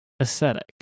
aesthetic